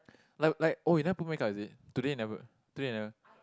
like like oh you never put make-up is it today you never today never